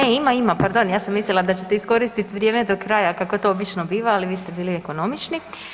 Aha, ne ima, ima, pardon, ja sam mislila da ćete iskoristiti vrijeme do kraja kako to obično biva, ali vi ste bili ekonomični.